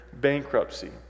bankruptcy